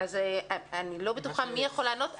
אני לא בטוחה מי יכול לענות.